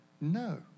No